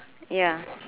ya